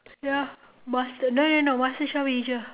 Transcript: ya master no no no masterchef asia